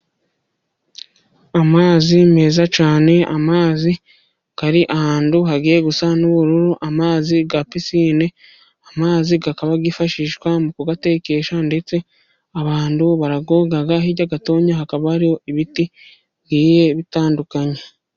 Amazi meza cyane amazi ari ahantu hagiye gusa n'ubururu amazi ya pisine. Amazi akaba yifashishwa mu kugatekesha ndetse abantu barayoga hirya gatoya hakaba hariho ibiti bigiye bitandukanye.